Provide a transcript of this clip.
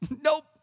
Nope